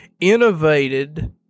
Innovated